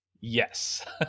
yes